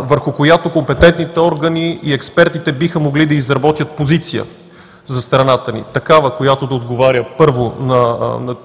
върху която компетентните органи и експертите биха могли да изработят позиция за страната ни – такава, която да отговаря, първо, на